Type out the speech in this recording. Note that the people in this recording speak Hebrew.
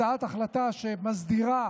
הצעת החלטה שמסדירה